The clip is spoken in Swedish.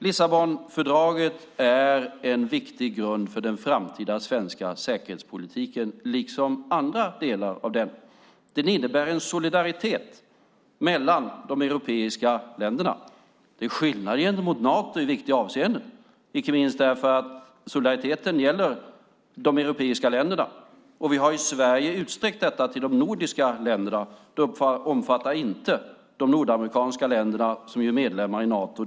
Lissabonfördraget är en viktig grund för den framtida svenska säkerhetspolitiken, liksom andra delar av den. Den innebär en solidaritet mellan de europeiska länderna. Det är en skillnad gentemot Nato i viktiga avseenden, inte minst därför att solidariteten gäller de europeiska länderna. Vi har i Sverige utsträckt detta till de nordiska länderna. Det omfattar inte de nordamerikanska länderna, som ju är medlemmar i Nato.